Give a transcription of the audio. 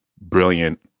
brilliant